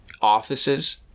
offices